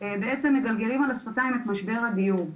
בעצם מגלגלים על השפתיים את משבר הדיור,